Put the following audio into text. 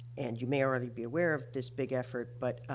and you may already be aware of this big effort, but,